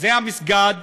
זה המסגד.